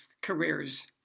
careers